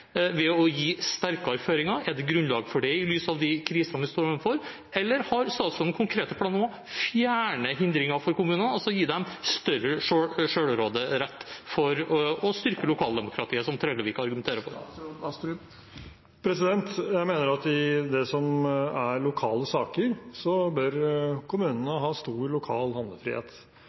ved å gi sterkere føringer? Er det grunnlag for det i lys av de krisene vi står overfor, eller har statsråden konkrete planer om å fjerne hindringer for kommunene, altså gi dem større selvråderett for å styrke lokaldemokratiet, som Trellevik argumenterer for? Jeg mener at i det som er lokale saker, bør kommunene ha stor lokal handlefrihet.